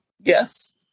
Yes